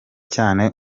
cyane